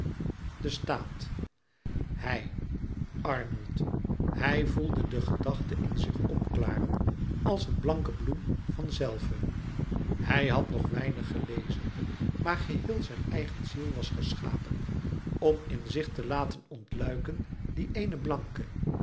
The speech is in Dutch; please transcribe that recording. de staat hij arnold hij voelde de gedachte in zich opklaren als een blanke bloem van zelve hij had nog weinig gelezen maar geheel zijn eigen ziel was geschapen om in zich te laten ontluiken die eene blanke